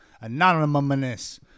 anonymous